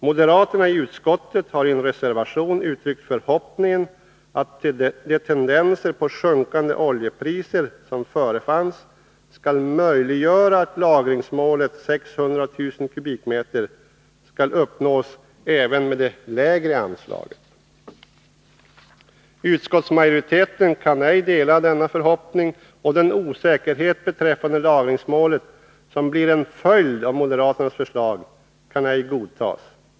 Moderaterna i utskottet har i en reservation uttryckt förhoppningen att de tendenser till sjunkande oljepriser som förefanns skall möjliggöra att lagringsmålet 600 000 m? skall uppnås även med det lägre anslaget. Utskottsmajoriteten kan ej dela denna förhoppning, och den osäkerhet beträffande lagringsmålet som blir en följd av moderaternas förslag kan ej godtas.